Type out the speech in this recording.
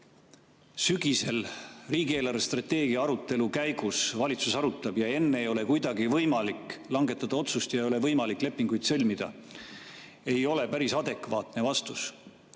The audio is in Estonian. sügisel riigi eelarvestrateegia arutelu käigus valitsus arutab ja enne ei ole kuidagi võimalik langetada otsust ja ei ole võimalik lepinguid sõlmida, ei ole päris adekvaatne vastus.